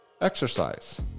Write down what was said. Exercise